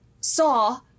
Saw